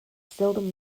seldom